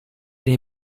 nei